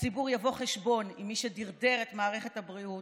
הציבור יבוא חשבון עם מי שדרדר את מערכת הבריאות,